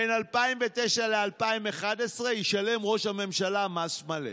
בין 2009 ל-2011 ישלם ראש הממשלה מס מלא.